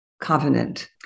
covenant